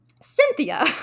Cynthia